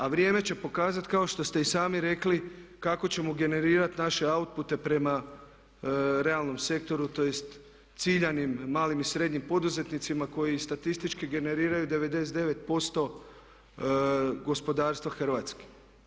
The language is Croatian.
A vrijeme će pokazati kao što ste i sami rekli kako ćemo generirati naše outpute prema realnom sektoru tj. ciljanim malim i srednjim poduzetnicima koji i statistički generiraju 99% gospodarstva Hrvatske.